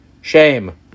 Shame